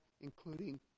including